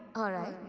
alright.